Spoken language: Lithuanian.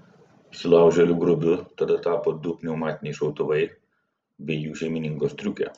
įsilaužėlių grobiu tada tapo du pneumatiniai šautuvai bei jų šeimininko striukė